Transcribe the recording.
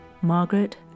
Margaret